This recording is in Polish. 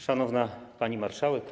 Szanowna Pani Marszałek!